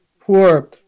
Poor